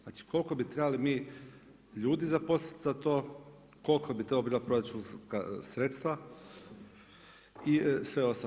Znači, koliko bi trebali mi ljudi zaposliti za to, koliko bi to bila proračunska sredstva i sve ostalo.